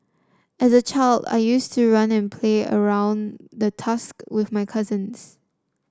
as a child I used to run and play around the tusk with my cousins